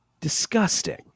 Disgusting